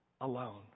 alone